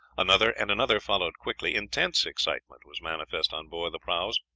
another and another followed quickly. intense excitement was manifest on board the prahus,